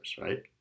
right